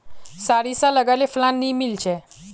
सारिसा लगाले फलान नि मीलचे?